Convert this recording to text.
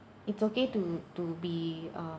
it's okay to to be